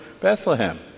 Bethlehem